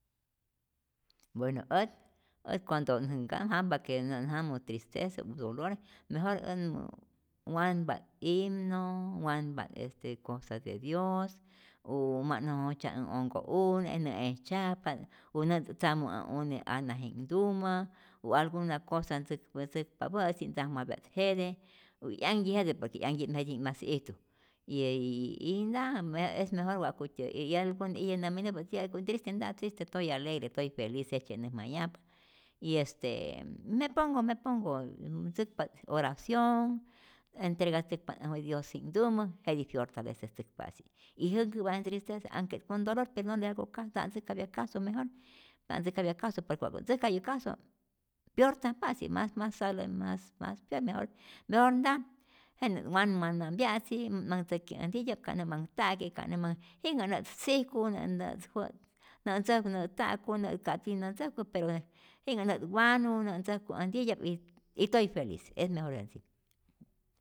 Bueno ät, ät cuando anhjampa que nä't jamu tristeza u dolor mejor än wanpa't himno, wanpa't este cosa de dios u ma't jojtzya' ä onhko'une, nä ejtzyajpa't u nä't tzamu ä une anaji'knhtumä o alguna cosa tzäkpa tzäkpapä'tzi ntzajmapya't jete, y 'yanhtyi jete por que 'yantyi jetji'k mas ijtu. yyy nta es mejor wa'kutyä y algun iyä nä minupä ti'yajku triste, nta't triste toy alegre toy feliz jejtzye't näjmayajpa y este me pongo me pongo ntzäkpa't oración entregatzäkpa't äj wit dios'ji'nhtumä jetij fyortalecetzäkpa'tzi y jäkäpa äj ntristeza aunque con dolor pe no le hago caso, nta't ntzäjkapya caso, mejor nta't ntzäjkapya caso, por que wa'ku't ntzäjkayu caso peortajpa'tzi, mas mas sale mas mas ya mejor nta, jenä wan wanapya'tzi, nä't manh ntzäki äj ntitya'p ka't nä manh ta'ke, ka't nä't manh jinhä nä't sijku, nä't nä't wät nä't ntzäjku nä't ta'ku, ka tiyä nä't ntzäjku, pero jinhä nä't wanu ka tiyä't nä ntzäjku pero toy feliz, es mejor asi.